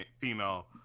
female